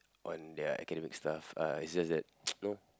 on their academic stuff uh it's just that you know